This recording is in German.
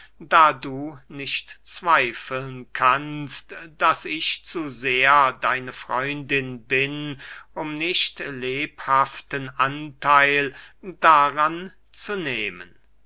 da du nicht zweifeln kannst daß ich zu sehr deine freundin bin um nicht lebhaften antheil daran zu nehmen